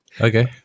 Okay